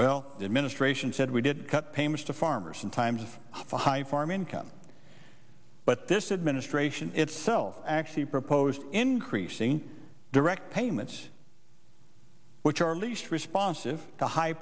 well the administration said we did cut payments to farmers in times of high farm income but this administration itself actually proposed increasing direct payments which are least